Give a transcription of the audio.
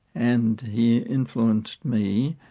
and he influenced me.